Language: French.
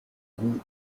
goût